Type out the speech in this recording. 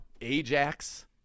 Ajax